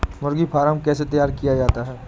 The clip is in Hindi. मुर्गी फार्म कैसे तैयार किया जाता है?